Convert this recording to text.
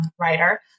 writer